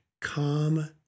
calm